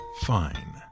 fine